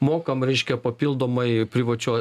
mokam reiškia papildomai privačioj